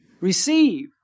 Receive